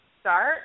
start